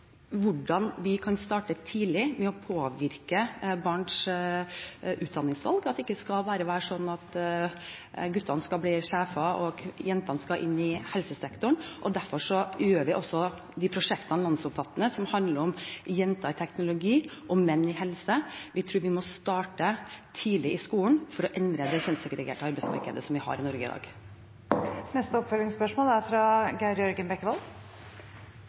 hvordan vi tidlig kan starte med å påvirke barns utdanningsvalg – at det ikke bare skal være slik at guttene skal bli sjefer og jentene skal inn i helsesektoren. Derfor gjør vi også landsomfattende de prosjektene som handler om jenter i teknologi og menn i helse. Vi tror vi må starte tidlig i skolen for å endre det kjønnssegregerte arbeidsmarkedet som vi har i Norge i dag. Geir Jørgen Bekkevold – til oppfølgingsspørsmål.